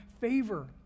favor